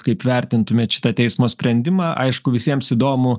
kaip vertintumėt šitą teismo sprendimą aišku visiems įdomu